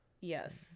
yes